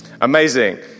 Amazing